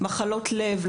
מחלות לב,